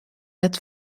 het